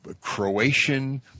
Croatian